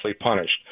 punished